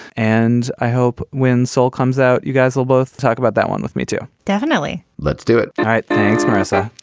and i hope when soul comes out, you guys will both talk about that one with me, too definitely. let's do it. all right. thanks, marisa.